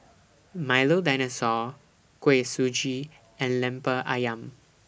Milo Dinosaur Kuih Suji and Lemper Ayam